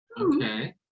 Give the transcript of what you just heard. Okay